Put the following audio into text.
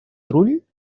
trull